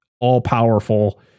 all-powerful